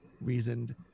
reasoned